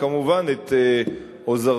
וכמובן את עוזרתי,